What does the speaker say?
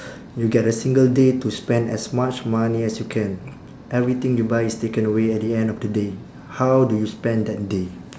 you get a single day to spend as much money as you can everything you buy is taken away at the end of the day how do you spend that day